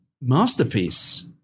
masterpiece